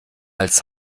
als